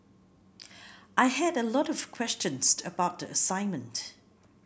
I had a lot of questions about the assignment